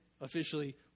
officially